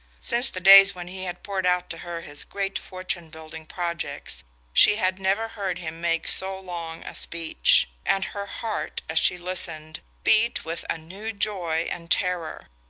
since the days when he had poured out to her his great fortune-building projects she had never heard him make so long a speech and her heart, as she listened, beat with a new joy and terror.